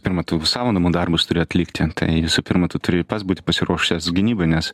pirma tu savo namų darbus turi atlikti tai visų pirma tu turi pats būti pasiruošęs gynybai nes